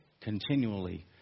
continually